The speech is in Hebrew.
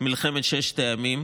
מלחמת ששת הימים,